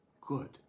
good